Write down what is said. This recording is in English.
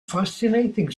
fascinating